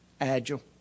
Agile